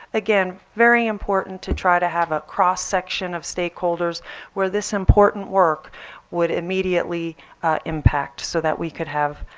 again, very important to try to have a cross-section of stakeholders where this important work would immediately impact so that we could have